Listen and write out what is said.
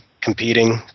competing